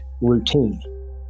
routine